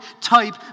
type